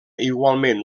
igualment